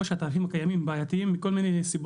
שהתעריפים הקיימים בעייתיים מכל מיני סיבות.